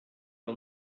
que